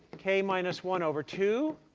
k minus one over two.